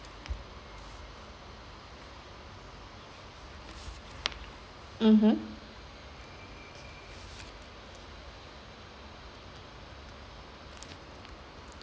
mmhmm